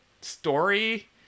story